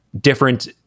different